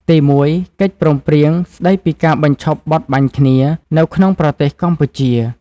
ទីមួយ កិច្ចព្រមព្រៀង ស្តីពីការបញ្ឈប់បទបាញ់គ្នា នៅក្នុងប្រទេសកម្ពុជា។